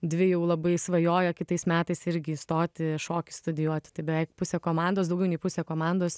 dvi jau labai svajoja kitais metais irgi įstoti šokį studijuoti tai beveik pusė komandos daugiau nei pusė komandos